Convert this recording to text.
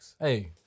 Hey